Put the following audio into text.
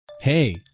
Hey